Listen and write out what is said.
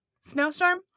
snowstorm